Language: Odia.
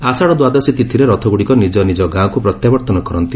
ଆଷାତ ଦ୍ୱାଦଶୀ ତିଥିରେ ରଥ ଗୁଡ଼ିକ ନିଜ ନିଜ ଗାଁକୁ ପ୍ରତ୍ୟାବର୍ତନ କରନ୍ତି